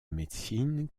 médecine